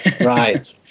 Right